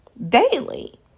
Daily